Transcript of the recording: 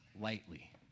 lightly